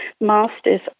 Masters